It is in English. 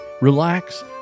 relax